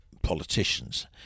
politicians